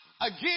again